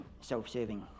self-serving